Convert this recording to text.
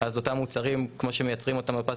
אז אותם מוצרים כמו שמייצרים אותם בפס